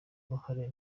uruhare